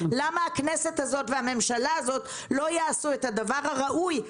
למה הכנסת הזאת והממשלה הזאת לא יעשו את הדבר הראוי,